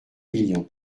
millions